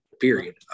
period